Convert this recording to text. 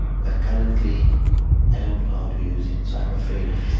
but currently i don't know how to use it, so i'm afraid of it.